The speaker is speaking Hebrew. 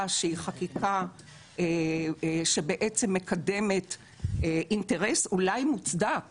שהיא חקיקה שבעצם מקדמת אינטרס אולי מוצדק